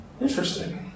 Interesting